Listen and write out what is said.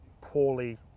poorly